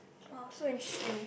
!wow! so interesting